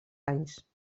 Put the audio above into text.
anys